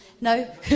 No